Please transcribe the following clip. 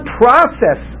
process